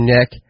Nick